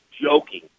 joking